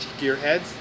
gearheads